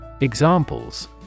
Examples